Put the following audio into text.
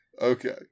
Okay